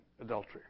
adultery